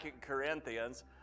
Corinthians